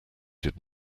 did